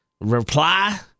reply